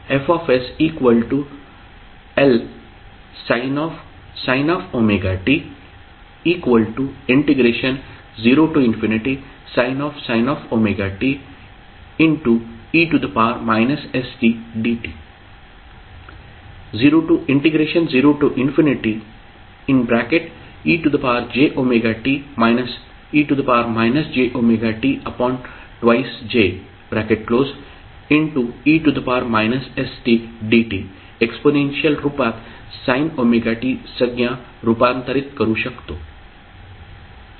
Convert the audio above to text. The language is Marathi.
FsLsin wt0e stdt 0ejwt e jwt2je stdt exponential रूपात sin ωt संज्ञा रूपांतरित करू शकतो